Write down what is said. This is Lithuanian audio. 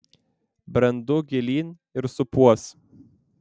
brendu gilyn ir supuos